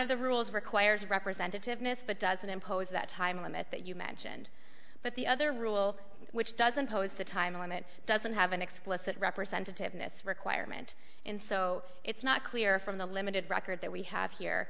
of the rules requires a representative miss but doesn't impose that time limit that you mentioned but the other rule which doesn't pose the time when it doesn't have an explicit representative miss requirement in so it's not clear from the limited record that we have here